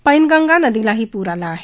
पैनगंगा नदीलाही पूर आला आहे